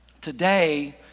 Today